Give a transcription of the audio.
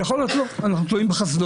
ויכול להיות לא אנחנו תלויים בחסדו.